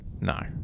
No